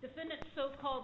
defendant's so called